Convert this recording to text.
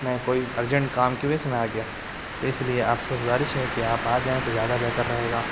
میں کوئی ارجینٹ کام کی وجہ سے آ گیا تو اس لیے آپ سے گزارش ہے کہ آپ آ جائیں تو زیادہ بہتر رہے گا